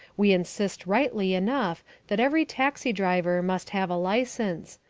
we insist rightly enough that every taxi-driver must have a license,